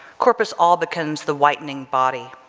corpus albicans, the whitening body,